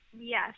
Yes